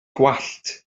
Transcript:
gwallt